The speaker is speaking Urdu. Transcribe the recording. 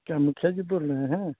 کیا مکھیا جی بول رہے ہیں